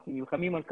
אנחנו נלחמים על כך,